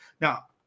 Now